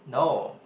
no